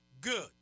Good